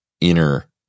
inner